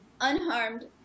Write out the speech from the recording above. Unharmed